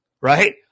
Right